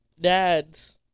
Dad's